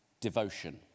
devotion